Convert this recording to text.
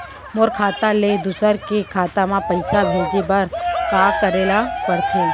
मोर खाता ले दूसर के खाता म पइसा भेजे बर का करेल पढ़थे?